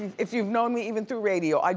if you've known me, even through radio,